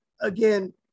Again